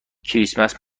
کریسمس